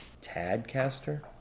Tadcaster